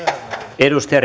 arvoisa